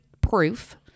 proof